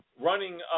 running